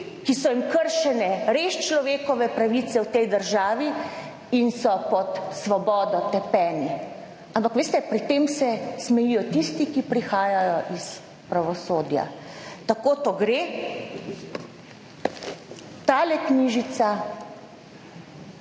ki so jim kršene res človekove pravice v tej državi in so pod svobodo tepeni. Ampak veste, pri tem se smejijo tisti, ki prihajajo iz pravosodja. Tako to gre. Tale knjižica,